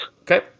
Okay